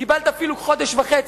קיבלת אפילו חודש וחצי,